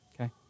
okay